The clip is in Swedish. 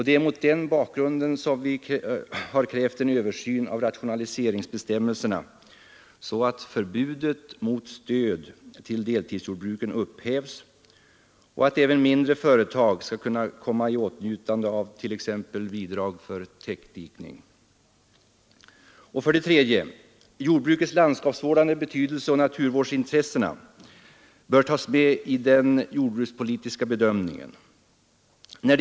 Det är mot den bakgrunden vi har krävt en översyn av rationaliseringsbestämmelserna, så att förbudet mot stöd till deltidsjordbruken upphävs och så att även mindre företag skall kunna komma i åtnjutande av exempelvis bidrag till täckdikning. 3. Jordbrukets landskapsvårdande betydelse och naturvårdsintressena bör tas med vid den jordbrukspolitiska bedömningen.